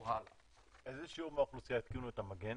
איזה שיעור מהאוכלוסייה התקין את המגן?